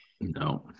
no